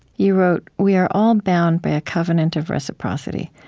you wrote, we are all bound by a covenant of reciprocity.